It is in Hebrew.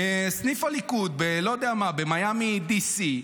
סניף הליכוד בלא-יודע-מה, במיאמי די.סי.